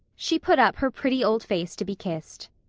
she put up her pretty old face to be kissed.